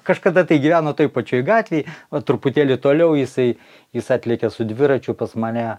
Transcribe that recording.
kažkada tai gyveno toj pačioj gatvėj o truputėlį toliau jisai jis atlekia su dviračiu pas mane